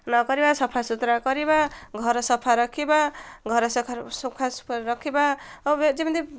ନ କରିବା ସଫାସୁୁତୁରା କରିବା ଘର ସଫା ରଖିବା ଘର ସଫା ରଖିବା ଆଉ ଯେମିତି